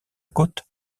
côte